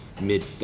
mid